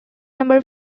number